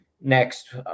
next